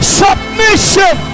submission